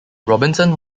robinson